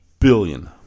billion